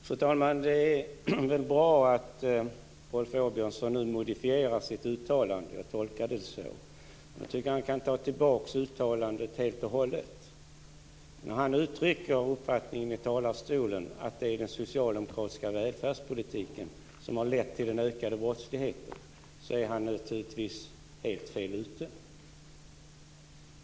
Fru talman! Det är väl bra att Rolf Åbjörnsson nu modifierar sitt uttalande - jag tolkar det så - men jag tycker att han kan ta tillbaka det helt och hållet. När han från kammarens talarstol ger uttryck för uppfattningen att det är den socialdemokratiska välfärdspolitiken som har lett till den ökade brottsligheten är han naturligtvis helt fel ute.